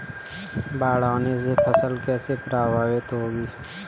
बाढ़ आने से फसल कैसे प्रभावित होगी?